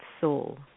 soul